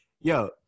Yo